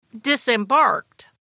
disembarked